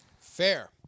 Fair